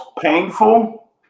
painful